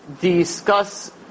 discuss